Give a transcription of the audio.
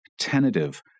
tentative